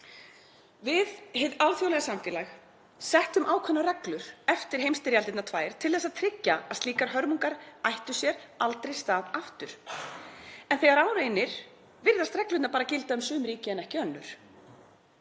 Við, hið alþjóðlega samfélag, settum ákveðnar reglur eftir heimsstyrjaldirnar tvær til að tryggja að slíkar hörmungar ættu sér aldrei stað aftur en þegar á reynir virðast reglurnar gilda um sum ríki en ekki önnur.